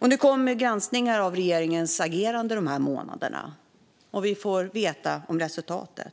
Nu kommer granskningar av regeringens agerande de här månaderna. Vi får veta resultatet.